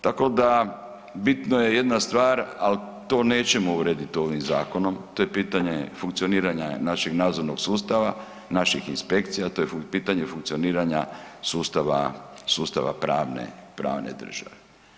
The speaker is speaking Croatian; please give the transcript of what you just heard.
Tako da bitno je jedna stvar, a to nećemo urediti ovim zakonom, to je pitanje funkcioniranja našeg nadzornog sustava, naših inspekcija, to je pitanje funkcioniranja sustava, sustava pravne, pravne države.